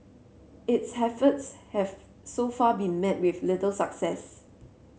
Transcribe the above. its efforts have so far been met with little success